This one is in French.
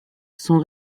sont